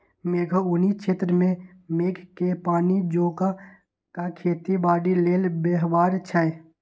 मेघोउनी क्षेत्र में मेघके पानी जोगा कऽ खेती बाड़ी लेल व्यव्हार छै